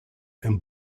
and